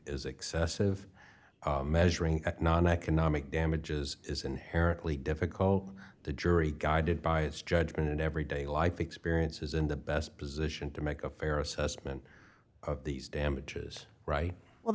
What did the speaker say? is excessive measuring noneconomic damages is inherently difficult the jury guided by its judgment and every day life experience is in the best position to make a fair assessment of these damages right well